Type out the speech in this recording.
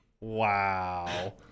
Wow